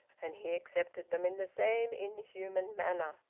and he accepted them in the same inhuman manner.